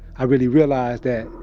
i really realized that,